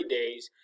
days